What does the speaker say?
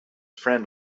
friend